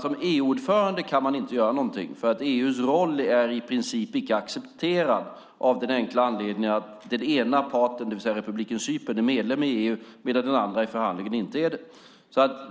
Som EU-ordförande kan man inte göra någonting, för EU:s roll är i princip icke accepterad av den enkla anledningen att den ena parten, det vill säga republiken Cypern, är medlem i EU medan den andra parten i förhandlingen inte är det.